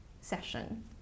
session